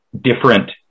different